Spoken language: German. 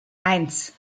eins